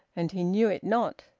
and he knew it not.